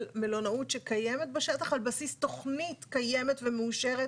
מלונאות שקיימת בשטח על בסיס תכנית קיימת ומאושרת,